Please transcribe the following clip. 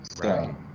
Right